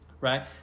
right